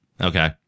Okay